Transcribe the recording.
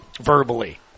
verbally